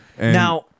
Now